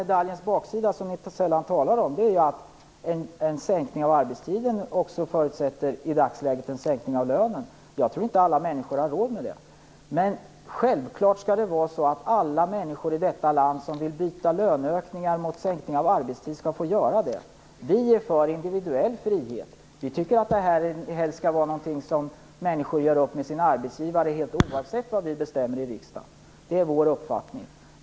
Medaljens baksida, som ni sällan talar om, är ju att en sänkning av arbetstiden i dagsläget också förutsätter en sänkning av lönen. Jag tror inte att alla människor har råd med det. Självklart skall det vara så att alla människor i detta land som vill byta löneökningar mot sänkningar av arbetstid skall få göra det. Vi är för individuell frihet. Vi tycker att det här helst skall vara något som människor gör upp med sina arbetsgivare om helt oavsett av vad vid bestämmer i riksdagen. Det är vår uppfattning.